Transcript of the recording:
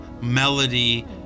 melody